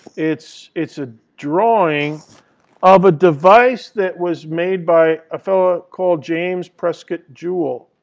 it's it's a drawing of a device that was made by a fellow called james prescott joule.